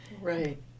Right